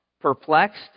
Perplexed